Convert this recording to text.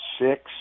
six